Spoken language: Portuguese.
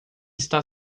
está